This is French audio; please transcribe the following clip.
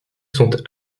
sont